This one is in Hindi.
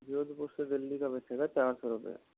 जोधपुर से दिल्ली का बचेगा चार सौ रुपए